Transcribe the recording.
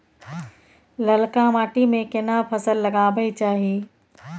ललका माटी में केना फसल लगाबै चाही?